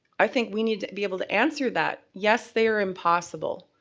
i think we need to be able to answer that. yes, they are impossible.